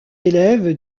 élève